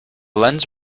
lens